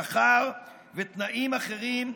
שכר ותנאים אחרים,